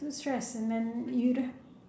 too stressed and then you do~